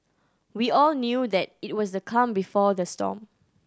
we all knew that it was the calm before the storm